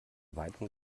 weitem